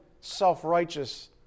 self-righteous